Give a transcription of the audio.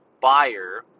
buyer